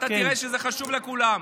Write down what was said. ואתה תראה שזה חשוב לכולם.